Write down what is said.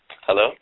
Hello